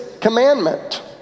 commandment